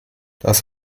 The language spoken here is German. das